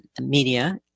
media